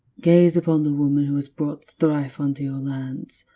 gaze upon the woman who has brought strife onto your lands,